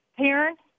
parents